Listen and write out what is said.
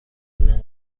گروه